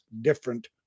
different